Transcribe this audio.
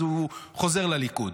אז הוא חוזר לליכוד.